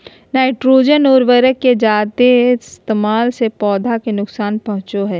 nitrogen उर्वरक के जादे इस्तेमाल से पौधा के नुकसान पहुंचो हय